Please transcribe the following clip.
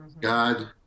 God